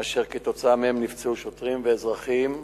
אשר כתוצאה מהן נפצעו שוטרים ואזרחים.